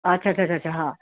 अच्छा अच्छा अच्छा अच्छा हां